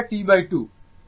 তো যদি হয়